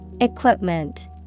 Equipment